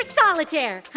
solitaire